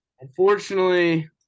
Unfortunately